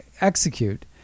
execute